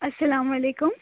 السّلام علیکم